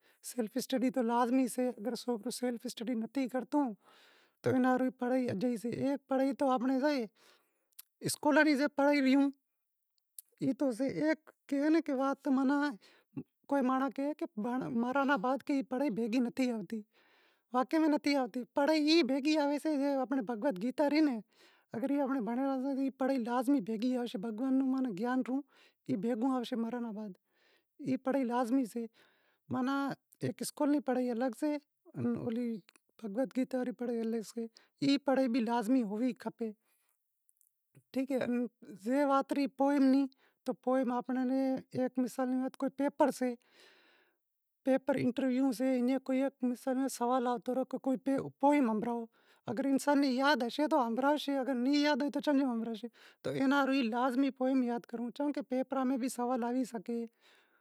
سیلف اسٹڈی تو لازمی سے، اگر سیلف اسٹڈی نتھی کرتا تو پڑہائی اجائی سے، ایک پڑہائی تو اسکولاں ری پڑہائی سے، ایک مانڑاں ری کہے واقئے ماں نتھی آوتی پنڑ پڑہائی ای بھیگی آئیسے، ماناں اسکولاں ری پڑہائی الگ سے، بھگوت گیتا ریی پڑہائی الگ سے۔ ای پڑہائی بھی لازمی ہونڑ کھپے، ٹھیک اے، ہے وات پوئیم ری، اگر انسان نیں یاد ہوشے تو ہنبھڑاشے، نیں یاد ہوشے تو چم ہنڑاشے، پیپراں میں بھی سوال آشیں تو شوں جواب ڈیشے؟